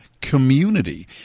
community